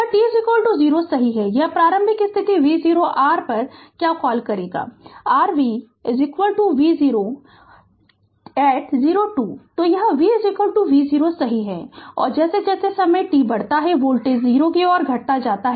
Refer Slide Time 1214 पर t 0 सही है यह प्रारंभिक स्थिति है v0 r पर क्या कॉल करेंगा r v v0 at0 तो यह v v0 सही है और जैसे जैसे समय t बढ़ता है वोल्टेज 0 की ओर घटता जाता है